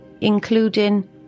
including